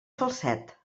falset